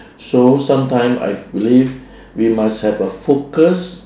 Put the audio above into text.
so sometime I believe we must have a focus